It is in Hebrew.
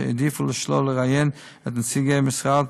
שהעדיפו לשלול לראיין את נציגי המשרד,